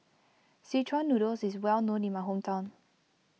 Szechuan Noodle is well known in my hometown